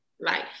life